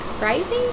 Rising